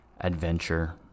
adventure